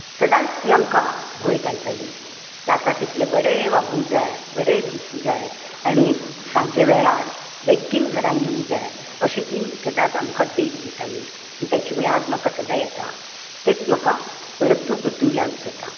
सदांच ती आमकां भंय घालताली जाता तितलें बरें वागूंक जाय बरें दिसूंक जाय आनी सांजे वेळार बेगीन घरांत येवंक जाय अशी ती सदांच आमकां देख दिताली ताची याद म्हाका सदांच येता तेंच म्हाका परतून परतून याद जाता